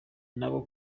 nabo